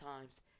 times